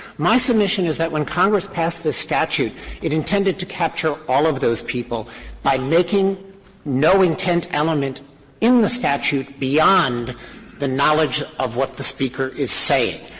my submission is that when congress passed this statute it intended to capture all of those people by making no intent element in the statute beyond the knowledge of what the speaker is saying.